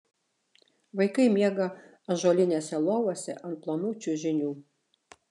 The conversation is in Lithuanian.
vaikai miega ąžuolinėse lovose ant plonų čiužinių